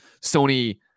Sony